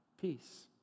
peace